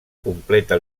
completa